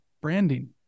branding